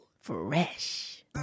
fresh